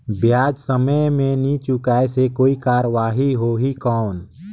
ब्याज समय मे नी चुकाय से कोई कार्रवाही होही कौन?